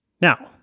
Now